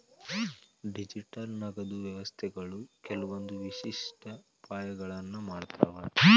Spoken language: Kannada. ಡಿಜಿಟಲ್ ನಗದು ವ್ಯವಸ್ಥೆಗಳು ಕೆಲ್ವಂದ್ ವಿಶಿಷ್ಟ ಅಪಾಯಗಳನ್ನ ಮಾಡ್ತಾವ